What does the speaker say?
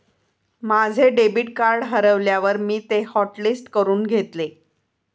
माझे debit card हरवल्यावर मी ते हॉटलिस्ट करून घेतले